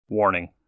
Warning